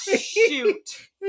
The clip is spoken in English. Shoot